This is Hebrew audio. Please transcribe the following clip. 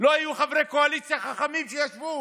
לא היו חברי קואליציה חכמים שישבו,